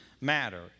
matter